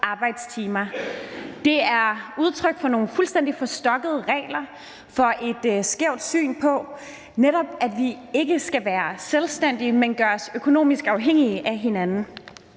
Det er udtryk for nogle fuldstændig forstokkede regler og for et skævt syn på, at vi netop ikke skal være selvstændige, men gøres økonomisk afhængige af hinanden.